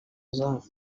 izamu